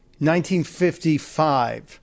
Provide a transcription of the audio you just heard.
1955